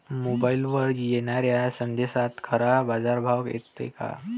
मोबाईलवर येनाऱ्या संदेशात खरा बाजारभाव येते का?